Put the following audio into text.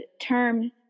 term